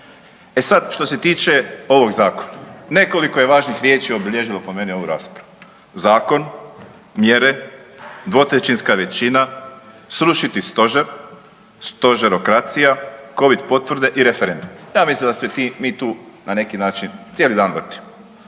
E sad što se tiče ovog zakona, nekoliko je važnih riječi obilježilo po meni ovu raspravu, zakon, mjere, dvotrećinska većina, srušiti stožer, stožerokracija, covid potvrde i referendum, ja mislim da se mi tu na neki način cijeli dan vrtimo.